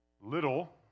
Little